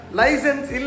license